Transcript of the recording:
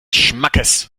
schmackes